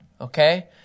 okay